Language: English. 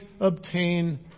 obtain